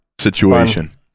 situation